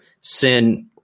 sin